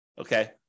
okay